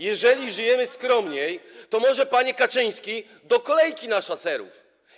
Jeżeli żyjemy skromniej, to może, panie Kaczyński, do kolejki na Szaserów?